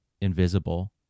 invisible